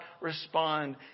respond